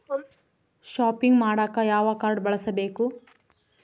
Shopping ಮಾಡಾಕ ಯಾವ card ಬಳಸಬೇಕು?